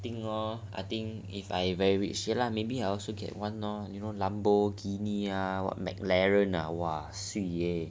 think hor I think if I very rich maybe I also get one lor think Lambhorgini lah what McLarren ah !wah! swee eh